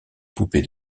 poupée